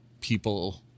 people